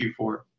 Q4